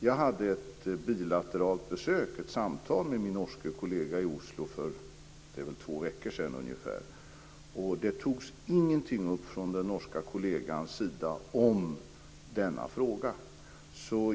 Jag hade vid ett bilateralt besök ett samtal med min norske kollega i Oslo för ungefär två veckor sedan. Ingenting togs upp från den norska kollegans sida om denna fråga.